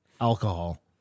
alcohol